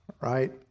right